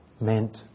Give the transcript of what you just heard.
meant